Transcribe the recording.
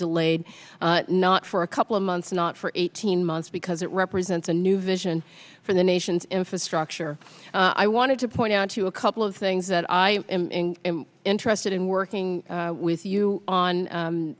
delayed not for a couple of months not for eighteen months because it represents a new vision for the nation's infrastructure i wanted to point out to a couple of things that i am interested in working with you on